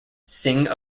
singh